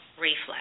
reflex